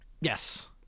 Yes